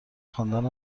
خواندن